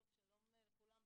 שלום לכולם,